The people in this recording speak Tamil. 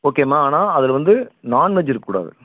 ஓகேம்மா ஆனால் அதில் வந்து நான்வெஜ் இருக்கக்கூடாது